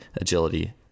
agility